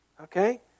okay